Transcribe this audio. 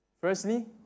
Firstly